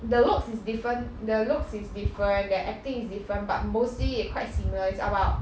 the looks is different the looks is different their acting is different but mostly they quite similar it's about